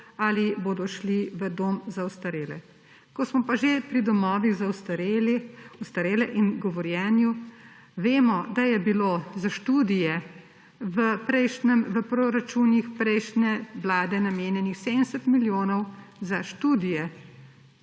ali bodo šli v dom za ostarele. Ko smo pa že pri domovih za ostarele in govorjenju, vemo, da je bilo za študije v proračunih prejšnje vlade namenjenih 70 milijonov, za študije,